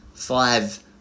five